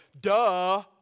duh